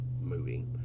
movie